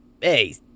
Hey